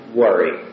worry